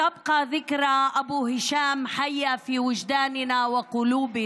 (אומרת בערבית: זכרו של אבו הישאם יישאר חי בנפשנו ובליבנו,